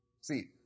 See